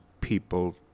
people